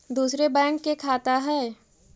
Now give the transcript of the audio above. दुसरे बैंक के खाता हैं?